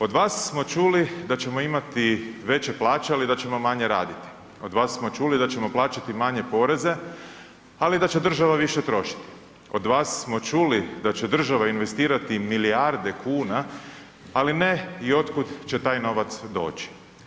Od vas smo čuli da ćemo imati veće plaće ali da ćemo manje raditi, od vas smo čuli da ćemo plaćati manje poreze ali da će i država više trošiti, od vas smo čuli da će država investirati milijarde kuna ali ne i od kud će taj novac doći.